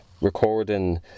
recording